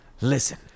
Listen